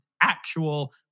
actual